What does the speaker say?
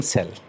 Cell